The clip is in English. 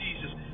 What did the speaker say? Jesus